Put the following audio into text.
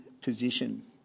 position